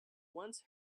once